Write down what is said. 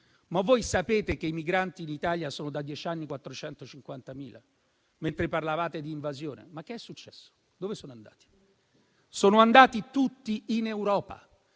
Sapete che i migranti in Italia sono da dieci anni 450.000, mentre parlavate di invasione? Ma che cosa è successo? Dove sono andati? Sono andati tutti in Europa.